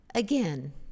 Again